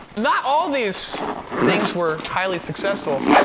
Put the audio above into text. not all these things were highly successful.